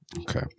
Okay